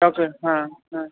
बसि हा ह